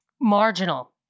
marginal